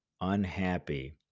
unhappy